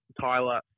Tyler